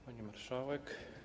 Pani Marszałek!